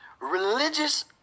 religious